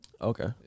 Okay